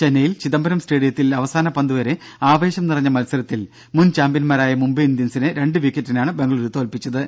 ചെന്നൈയിൽ ചിദംബരം സ്റ്റേഡിയത്തിൽ അവസാന പന്തുവരെ ആവേശം നിറഞ്ഞ മത്സരത്തിൽ മുൻചാമ്പ്യന്മാരായ മുംബൈ ഇന്ത്യൻസിനെ രണ്ട് വിക്കറ്റിനാണ് ബംഗളുരു തോൽപിച്ചത്